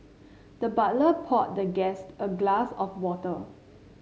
the butler poured the guest a glass of water